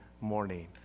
morning